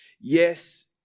Yes